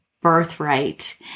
birthright